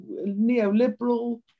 neoliberal